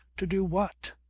to do what?